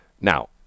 Now